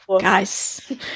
guys